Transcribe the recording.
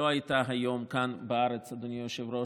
לא הייתה היום כאן בארץ, אדוני היושב-ראש,